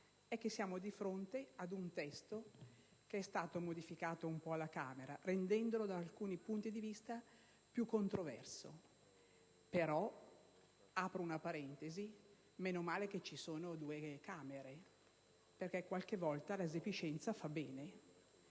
Siamo di fronte ad un testo che è stato modificato in parte dalla Camera che lo ha reso, sotto alcuni punti di vista, più controverso, ma - apro una parentesi - meno male che ci sono due Camere, perché qualche volta la resipiscenza fa bene.